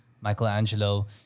Michelangelo